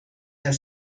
herr